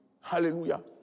Hallelujah